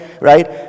right